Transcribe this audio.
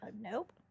Nope